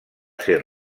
ser